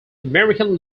american